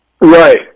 Right